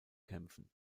kämpfen